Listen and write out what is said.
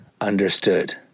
understood